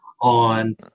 on